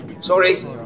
sorry